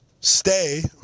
Stay